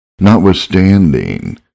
notwithstanding